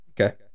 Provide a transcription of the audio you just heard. Okay